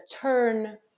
turn